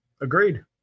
Agreed